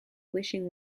wishing